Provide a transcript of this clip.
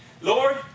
Lord